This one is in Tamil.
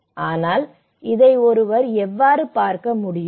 ஆனால் இதை ஒருவர் எவ்வாறு பார்க்க முடியும்